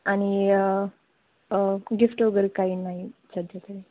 आणि गिफ्ट वगैरे काही नाही सध्यातरी